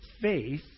faith